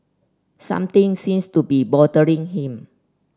something seems to be bothering him